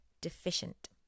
deficient